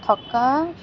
থকা